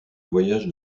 voyages